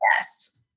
best